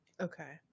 okay